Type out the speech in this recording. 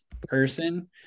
person